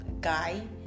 guy